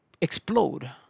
explode